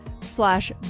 slash